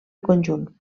conjunt